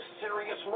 serious